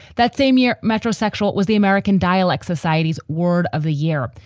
that same year, metrosexual was the american dialect society's word of the year.